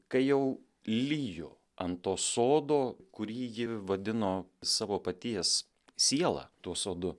kai jau lijo ant to sodo kurį ji vadino savo paties siela tuo sodu